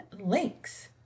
links